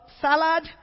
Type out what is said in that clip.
salad